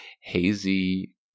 hazy